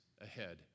ahead